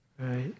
right